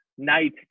night